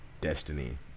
Destiny